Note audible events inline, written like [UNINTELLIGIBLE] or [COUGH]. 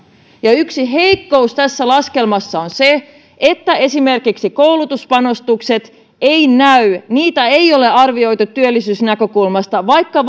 yksi heikkous tässä laskelmassa on se että esimerkiksi koulutuspanostukset eivät näy niitä ei ole arvioitu työllisyysnäkökulmasta vaikka [UNINTELLIGIBLE]